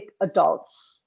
adults